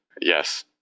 Yes